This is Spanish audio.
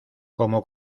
como